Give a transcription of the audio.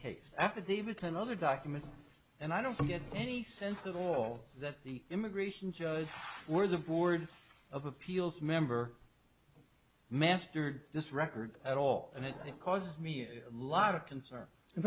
case affidavits and other documents and i don't get any sense at all that the immigration judge for the board of appeals member mastered this record at all and it caused me a lot of concern